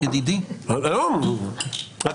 אני